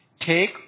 Take